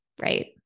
right